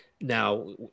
now